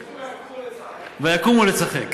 משרד המשפטים, וילכו לצחק, ויקומו לצחק.